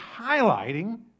highlighting